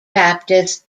baptist